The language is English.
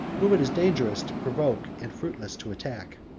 whom it is dangerous to provoke, and fruitless to attack.